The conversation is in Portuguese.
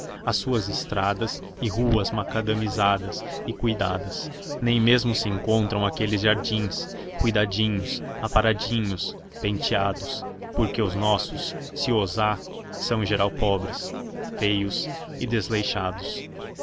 as suas estradas e ruas macadamizadas e cuidadas nem mesmo se encontram aqueles jardins cuidadinhos aparadinhos penteados porque os nossos se os há são em geral pobres feios e desleixados